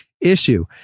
issue